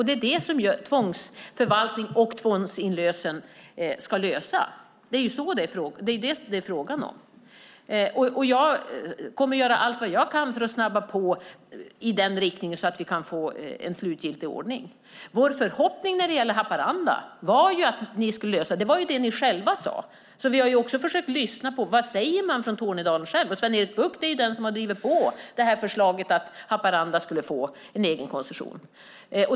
Det är det som tvångsförvaltning och tvångsinlösen ska lösa. Det är det som det är frågan om. Jag kommer att göra allt vad jag kan för att snabba på i den riktningen så att vi kan få en slutgiltig ordning. Vår förhoppning när det gäller Haparanda var att ni skulle lösa det - det var ju det ni själva sade. Vi har försökt lyssna på vad man själv säger i Tornedalen, och Sven-Erik Bucht är den som har drivit på förslaget att Haparanda skulle få en egen koncession.